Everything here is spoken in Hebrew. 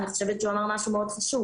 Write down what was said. אני חושבת שהוא אמר משהו מאוד חשוב.